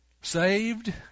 Saved